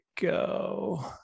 go